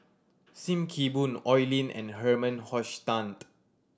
Sim Kee Boon Oi Lin and Herman Hochstadt